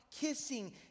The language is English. kissing